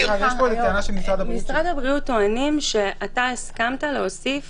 משרד הבריאות טוענים שאתה הסכמת להוסיף